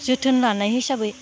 जोथोन लानाय हिसाबै